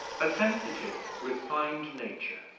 a sensitive, refined nature,